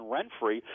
Renfrey